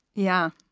yeah.